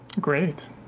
great